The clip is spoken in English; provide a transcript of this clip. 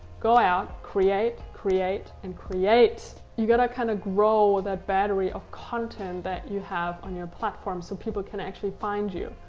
go out. create. create. and create. you gotta kind of grow that battery of content that you have on your platform, so people can actually find you.